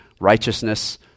righteousness